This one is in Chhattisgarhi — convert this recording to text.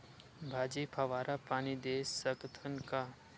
भाजी फवारा पानी दे सकथन का?